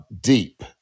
deep